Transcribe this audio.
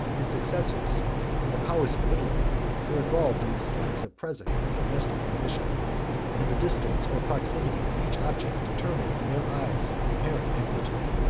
his successors and the powers of italy were involved in the schemes of present and domestic ambition and the distance or proximity of each object determined in their eyes its apparent magnitude.